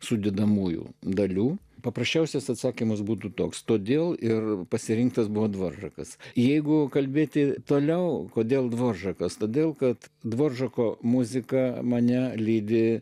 sudedamųjų dalių paprasčiausias atsakymas būtų toks todėl ir pasirinktas buvo dvoržakas jeigu kalbėti toliau kodėl dvoržakas todėl kad dvoržako muzika mane lydi